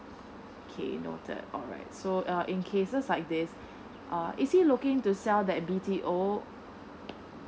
okay noted alright so uh in cases like this uh is he looking to sell that B T O